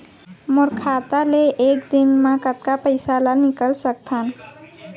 मोर खाता ले एक दिन म कतका पइसा ल निकल सकथन?